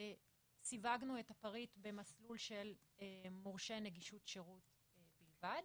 סיווגנו את הפריט במסלול של מורשה נגישות שירות בלבד.